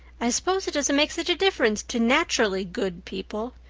i suppose it doesn't make such a difference to naturally good people.